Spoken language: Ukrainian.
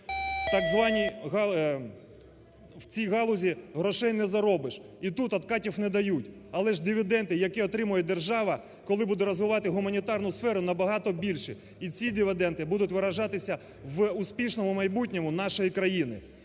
В цій галузі грошей не заробиш і тут одкатів не дають, але є дивіденди, які отримає держава, коли буде розвивати гуманітарну сферу, набагато більші і ці дивіденди будуть виражатися в успішному майбутньому нашої країни.